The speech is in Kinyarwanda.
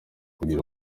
kugira